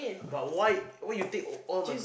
but why what you take all all my